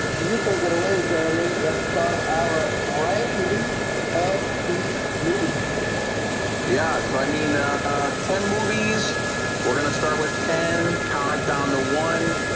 you take it away jeremy. let's start our ranking of these movies yeah, so i mean ah ten movies we're gonna start with ten car down to one